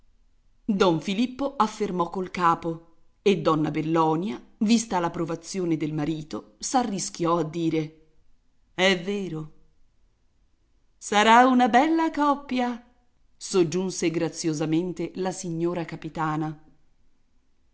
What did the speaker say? don filippo affermò col capo e donna bellonia vista l'approvazione del marito s'arrischiò a dire è vero sarà una bella coppia soggiunse graziosamente la signora capitana